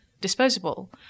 Disposable